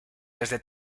desde